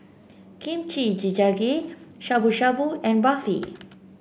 Kimchi Jjigae Shabu Shabu and Barfi